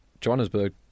Johannesburg